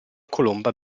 colomba